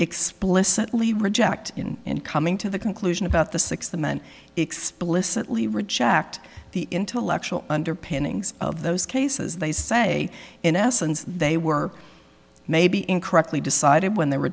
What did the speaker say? explicitly reject and coming to the conclusion about the six the men explicitly reject the intellectual underpinnings of those cases they say in essence they were maybe incorrectly decided when they were